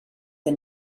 and